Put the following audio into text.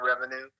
revenue